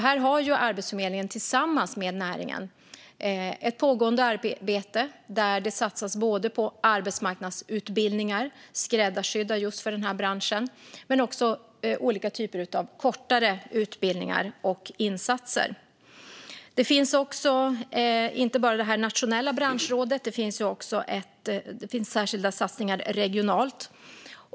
Här har Arbetsförmedlingen tillsammans med näringen ett pågående arbete där det satsas både på skräddarsydda arbetsmarknadsutbildningar för just den här branschen och också på olika typer av kortare utbildningar och insatser. Det finns också inte bara det nationella branschrådet utan även särskilda satsningar regionalt.